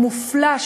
המופלא,